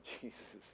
Jesus